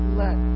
let